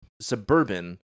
Suburban